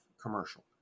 commercial